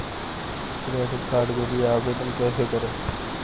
Credit card के लिए आवेदन कैसे करें?